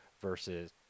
versus